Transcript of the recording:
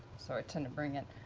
so i tend to bring it.